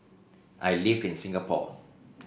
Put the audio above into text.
I live in Singapore